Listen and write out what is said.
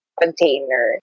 container